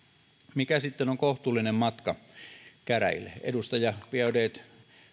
mikä sitten on kohtuullinen matka käräjille edustaja biaudet